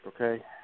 okay